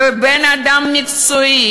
ובן-אדם מקצועי,